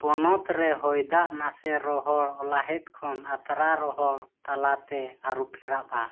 ᱯᱚᱱᱚᱛ ᱨᱮ ᱦᱚᱭᱫᱟᱜ ᱱᱟᱥᱮ ᱨᱚᱦᱚᱲ ᱚᱞᱟᱦᱮᱫ ᱠᱷᱚᱱ ᱟᱛᱨᱟ ᱨᱚᱦᱚᱲ ᱛᱟᱞᱟᱛᱮ ᱟᱹᱨᱩᱯᱷᱮᱨᱟᱜᱼᱟ